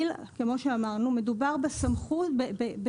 כמו שאמרנו מדובר בזכות